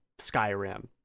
Skyrim